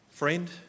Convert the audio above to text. Friend